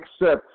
accept